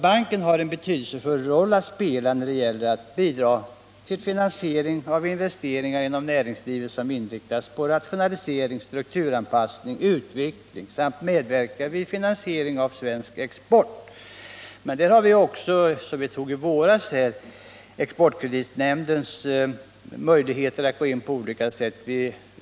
Banken har en betydelsefull roll att spela när det gäller att bidra till finansiering av investeringar inom näringslivet som inriktas på rationalisering, strukturanpassning och utveckling samt att medverka vid finansiering av svensk export. Men på den punkten finns också — vilket vi fattade beslut om i våras — exportkreditnämndens möjligheter att gå in på olika sätt.